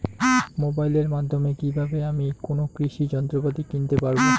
মোবাইলের মাধ্যমে কীভাবে আমি কোনো কৃষি যন্ত্রপাতি কিনতে পারবো?